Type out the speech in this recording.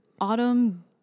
autumn